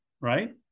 right